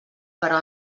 però